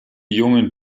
jungen